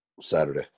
Saturday